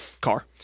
car